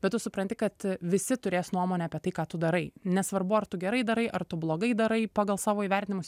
bet tu supranti kad visi turės nuomonę apie tai ką tu darai nesvarbu ar tu gerai darai ar tu blogai darai pagal savo įvertinimus